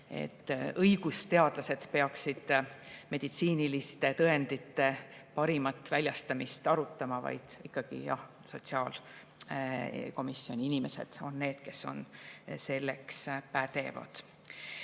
õigusteadlased peaksid meditsiiniliste tõendite parimal moel väljastamist arutama, vaid ikkagi sotsiaalkomisjoni inimesed on need, kes on selleks pädevad.